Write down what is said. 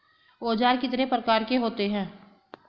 औज़ार कितने प्रकार के होते हैं?